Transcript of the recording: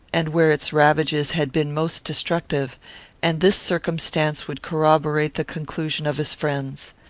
and where its ravages had been most destructive and this circumstance would corroborate the conclusions of his friends.